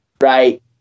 right